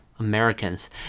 Americans